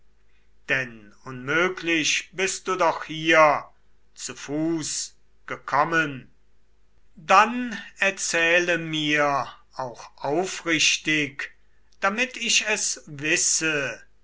denn unmöglich bist du doch hier zu fuße gekommen dann erzähle mir auch aufrichtig damit ich es wisse